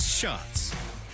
Shots